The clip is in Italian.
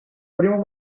primo